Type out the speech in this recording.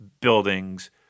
buildings